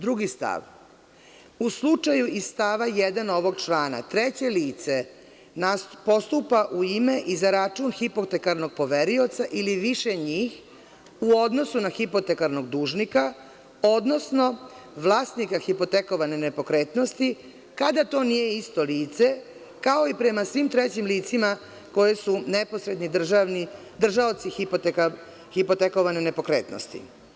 Drugi stav – u slučaju iz stava 1. ovog člana, treće lice, postupa u ime i za račun hipotekarnog poverioca ili više njih u odnosu na hipotekarnog dužnika, odnosno vlasnika hipotekovane nepokretnosti, kada to nije isto lice, kao i prema svim trećim licima koja su neposredni držaoci hipotekovane nepokretnosti.